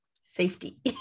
safety